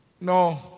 No